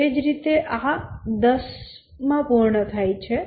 એ જ રીતે આ 10 એ પૂર્ણ થાય છે